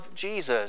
Jesus